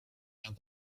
and